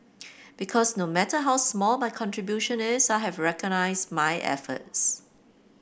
because no matter how small my contribution is I have been recognised my efforts